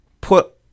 put